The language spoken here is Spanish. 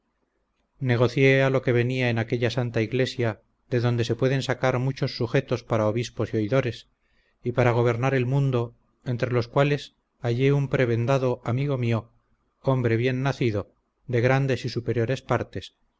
negocié a lo que venía en aquella santa iglesia de donde se pueden sacar muchos sujetos para obispos y oidores y para gobernar el mundo entre los cuales hallé un prebendado amigo mío hombre bien nacido de grandes y superiores partes